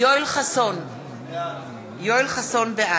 יואל חסון, בעד